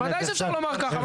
בוודאי שאפשר לומר ככה.